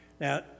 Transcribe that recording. Now